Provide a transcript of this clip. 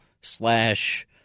slash